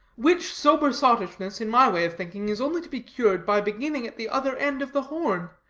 which sober sottishness, in my way of thinking, is only to be cured by beginning at the other end of the horn,